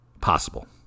possible